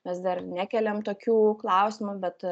mes dar nekeliam tokių klausimų bet